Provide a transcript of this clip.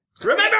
Remember